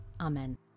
Amen